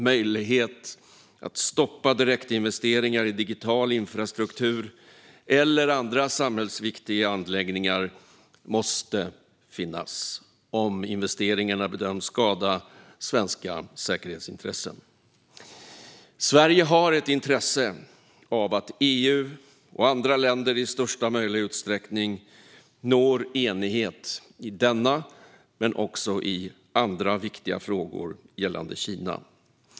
Möjlighet att stoppa direktinvesteringar i digital infrastruktur eller andra samhällsviktiga anläggningar måste finnas om investeringarna bedöms skada svenska säkerhetsintressen. Sverige har ett intresse av att EU och andra länder i största möjliga utsträckning når enighet i denna och andra viktiga frågor gällande Kina.